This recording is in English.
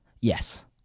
Yes